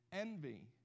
envy